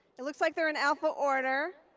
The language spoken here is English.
it looks like they're in alpha order.